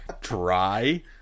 dry